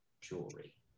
jewelry